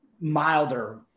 milder